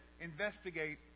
investigate